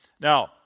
Now